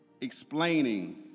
explaining